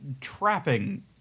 trapping